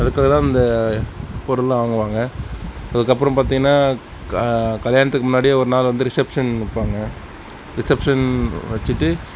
அதுக்காக தான் இந்த பொருள்லாம் வாங்குவாங்க அதுக்கப்புறம் பார்த்தீங்கன்னா க கல்யாணத்துக்கு முன்னாடியே ஒரு நாள் வந்து வந்து ரிசப்ஷன் வைப்பாங்க ரிசப்ஷன் வெச்சுட்டு